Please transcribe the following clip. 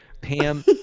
Pam